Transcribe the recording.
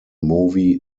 movie